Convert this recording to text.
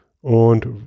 und